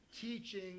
teaching